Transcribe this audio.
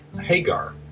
Hagar